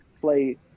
play